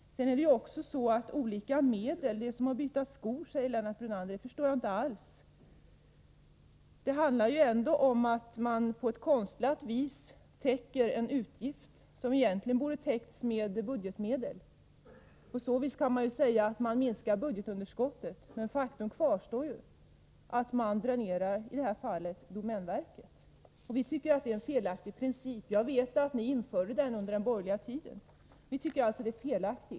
Lennart Brunander pratar om att byta skor — det förstår jag inte alls. Det handlar ändå om att på konstlat sätt täcka en utgift som borde ha täckts med budgetmedel. Man kan säga att man minskar budgetunderskottet, men faktum kvarstår att man dränerar, i det här fallet domänverket. Det tycker vi är en felaktig princip, även om vi vet att ni införde den under den borgerliga tiden.